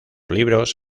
libros